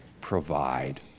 provide